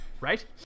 Right